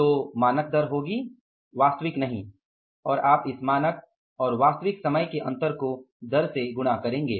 तो दर मानक होगी वास्तविक नहीं और आप इस मानक और वास्तविक समय के अंतर को दर से गुणा करेंगे